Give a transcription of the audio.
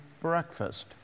breakfast